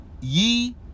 ye